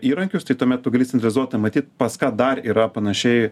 įrankius tai tuomet tu gali centralizuotai matyt pas ką dar yra panašiai